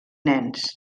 nens